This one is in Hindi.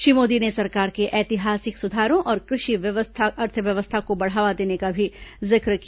श्री मोदी ने सरकार के ऐतिहासिक सुधारों और कृषि अर्थव्यवस्था को बढावा देने का भी जिक्र किया